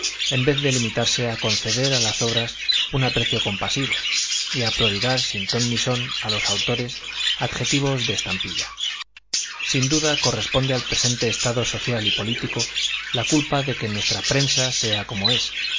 en vez de limitarse a conceder a las obras un aprecio compasivo y a prodigar sin ton ni son a los autores adjetivos de estampilla sin duda corresponde al presente estado social y político la culpa de que nuestra prensa sea como es